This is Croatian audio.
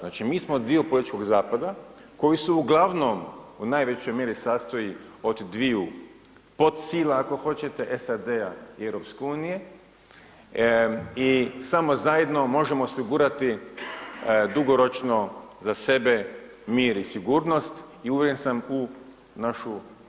Znači mi smo dio političkog zapada koji se uglavnom u najvećoj mjeri sastoji od dviju pod sila ako hoćete, SAD-a i EU-a i samo zajedno možemo osigurati dugoročno za sebe mir i sigurnost i uvjeren sam u našu